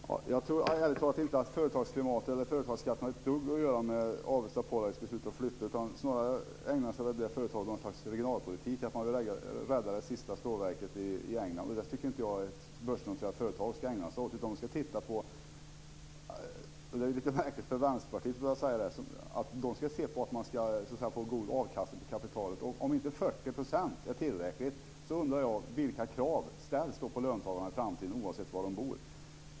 Herr talman! Jag tror ärligt talat inte att företagsklimatet eller företagsskatterna har ett dugg att göra med Avesta Polarits beslut att flytta. Det företaget ägnar sig nog snarare åt någon slags regionalpolitik och vill rädda det sista stålverket i England. Det tycker jag inte att ett börsnoterat företag ska ägna sig åt. De ska titta på - och det är lite märkligt för Vänsterpartiet att behöva säga detta - att man får god avkastning på kapitalet. Om inte 40 % är tillräckligt, undrar jag vilka krav som ställs på löntagarna i framtiden oavsett var de bor.